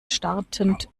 startend